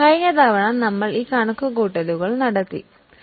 കഴിഞ്ഞ തവണ നമ്മൾ ഈ കണക്കുകൂട്ടലുകൾ നടത്തിയതാണ്